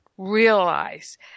realize